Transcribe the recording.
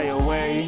away